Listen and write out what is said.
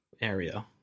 area